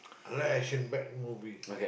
I like action bad movies